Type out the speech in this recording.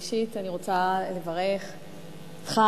ראשית, אני רוצה לברך אותך,